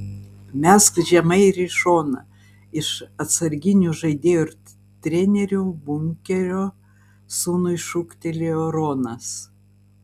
mesk žemai ir į šoną iš atsarginių žaidėjų ir trenerių bunkerio sūnui šūktelėjo ronas